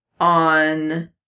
on